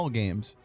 games